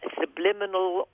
subliminal